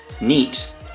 neat